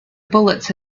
bullets